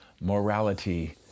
morality